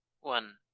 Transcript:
One